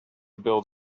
build